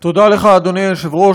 תודה לך, אדוני היושב-ראש.